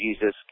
Jesus